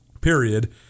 period